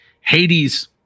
Hades